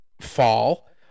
fall